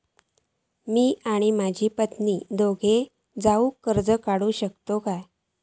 म्या आणि माझी माघारीन दोघे जावून कर्ज काढू शकताव काय?